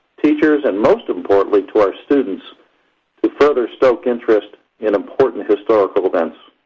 teachers, and most importantly, to our students to further stoke interest in important historical events.